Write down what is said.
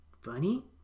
Funny